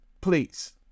please